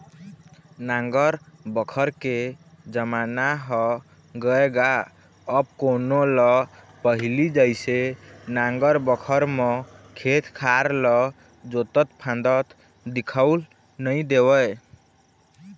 नांगर बखर के जमाना ह गय गा अब कोनो ल पहिली जइसे नांगर बखर म खेत खार ल जोतत फांदत दिखउल नइ देवय